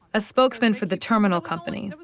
a spokesman for the terminal company.